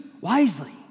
wisely